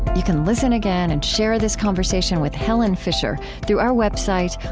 you can listen again and share this conversation with helen fisher through our website,